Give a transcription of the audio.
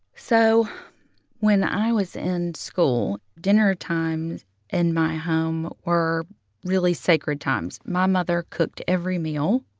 so when i was in school, dinnertimes in my home were really sacred times. my mother cooked every meal.